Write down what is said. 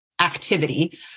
activity